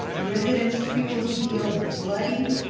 residents frequently deal with flooding,